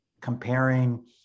comparing